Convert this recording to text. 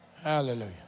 Hallelujah